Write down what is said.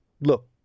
Look